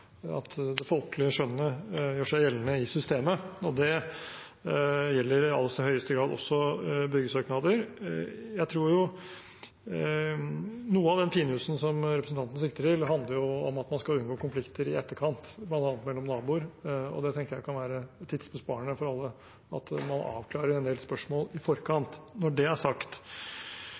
at det folkelige skjønnet gjør seg gjeldende i systemet. Det gjelder i aller høyeste grad også byggesøknader. Jeg tror at noe av den finjussen som representanten sikter til, handler om at man skal unngå konflikter i etterkant, bl.a. mellom naboer, og jeg tenker at det kan være tidsbesparende for alle at man avklarer en del spørsmål i forkant. Når det er sagt,